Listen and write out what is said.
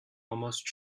almost